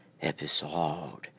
Episode